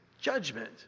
judgment